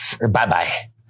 Bye-bye